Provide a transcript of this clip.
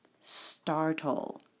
startle